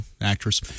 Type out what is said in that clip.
actress